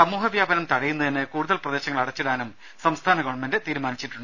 സമൂഹവ്യാപനം തടയുന്നതിന് കൂടുതൽ പ്രദേശങ്ങൾ അടച്ചിടാനും സംസ്ഥാന ഗവൺമെന്റ് തീരുമാനിച്ചു